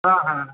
হ্যাঁ হ্যাঁ